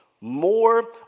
more